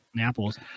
apples